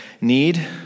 need